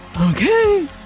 Okay